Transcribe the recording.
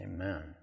Amen